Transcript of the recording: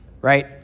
right